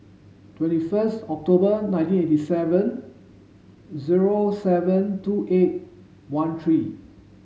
twenty first October nineteen eighty seven zero seven two eight one three